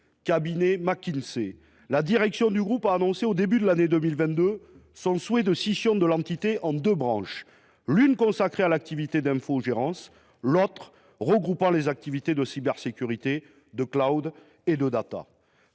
bien connu… –, la direction du groupe a annoncé, au début de l’année 2022, son souhait de scinder l’entité en deux branches : l’une consacrée à l’activité d’infogérance, l’autre regroupant les activités de cybersécurité, de et de.